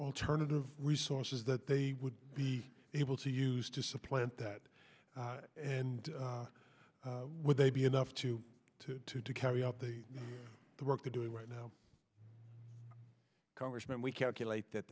alternative resources that they would be able to use to supplant that and would they be enough to to to carry out the the work we're doing right now congressman we calculate that